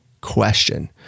question